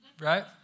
right